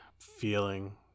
feeling